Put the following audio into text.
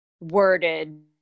worded